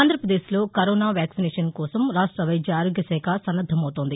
ఆంధ్రప్రదేశ్ లో corona vaccination కోసం రాష్ట వైద్యఆరోగ్యశాఖ సన్నద్దమవుతోంది